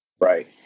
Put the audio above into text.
right